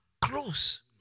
close